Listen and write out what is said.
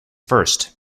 first